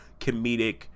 comedic